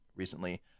recently